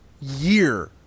year